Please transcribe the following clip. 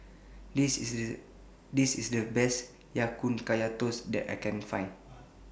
This IS The Best Ya Kun Kaya Toast that I Can Find